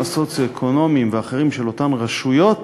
הסוציו-אקונומיים ואחרים של אותן רשויות